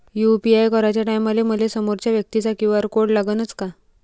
UPI कराच्या टायमाले मले समोरच्या व्यक्तीचा क्यू.आर कोड लागनच का?